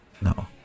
No